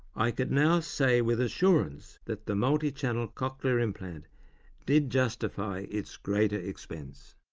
i could now say with assurance that the multi-channel cochlear implant did justify its greater expense.